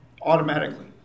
automatically